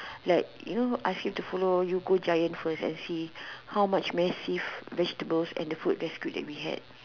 like you know ask him to follow you giant and see how much massive vegetable and the food that's good that we had